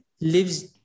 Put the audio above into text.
lives